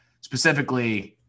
specifically